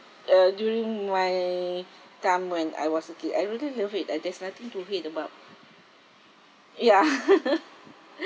uh during my time when I was a kid I really love it and there's nothing to hate about ya